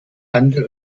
handel